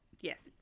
Yes